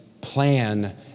plan